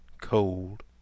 cold